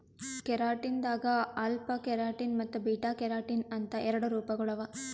keratin ದಾಗ್ alpha keratin ಮತ್ತ್ beta keratin ಅಂತ್ ಎರಡು ರೂಪಗೊಳ್ ಅವಾ